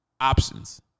options